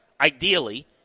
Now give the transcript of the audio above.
ideally –